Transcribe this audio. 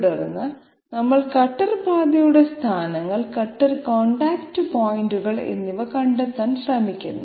തുടർന്ന് നമ്മൾ കട്ടർ പാതയുടെ സ്ഥാനങ്ങൾ കട്ടർ കോൺടാക്റ്റ് പോയിന്റുകൾ എന്നിവ കണ്ടെത്താൻ ശ്രമിക്കുന്നു